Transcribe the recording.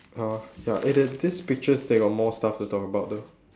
uh ya eh the this picture they got more stuff to talk about though